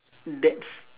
that's